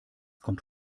kommt